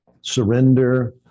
Surrender